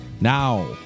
Now